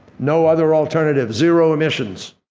no other alternative, zero emissions!